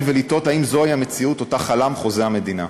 ולתהות האם זו המציאות שאותה חלם חוזה המדינה,